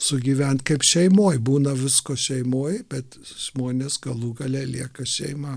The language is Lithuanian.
sugyvent kaip šeimoj būna visko šeimoj bet žmonės galų gale lieka šeima